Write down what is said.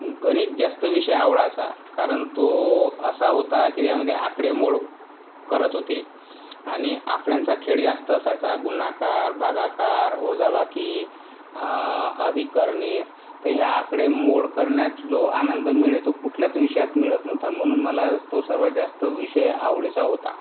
गणित जास्त विषय आवडायचा कारण तो असा होता की त्यामध्ये आकडेमोड करत होते आणि आकड्यांचा खेळ जास्त असायचा गुणाकार भागाकार वजाबाकी अधिक करणे तर हे आकडेमोड करण्यात जो आनंद मिळतो तो कुठल्याच विषयात मिळत नव्हता म्हणून मला तो सर्वात जास्त विषय आवडीचा होता